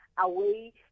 Away